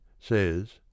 says